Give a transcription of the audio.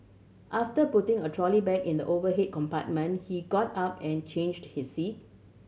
after putting a trolley bag in the overhead compartment he got up and changed his seat